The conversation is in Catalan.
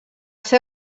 ser